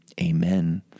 Amen